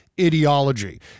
Ideology